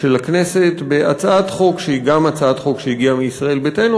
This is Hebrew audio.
של הכנסת בהצעת חוק שהיא הצעת חוק שהגיעה מישראל ביתנו,